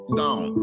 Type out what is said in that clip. down